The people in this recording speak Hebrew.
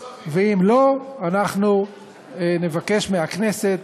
ואם לא, אנחנו נבקש מהכנסת